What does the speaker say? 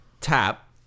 tap